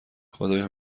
خدایا